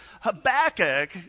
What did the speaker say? Habakkuk